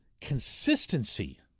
consistency